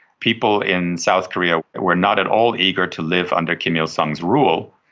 people in south korea were not at all eager to live under kim il-sung's rule.